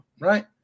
right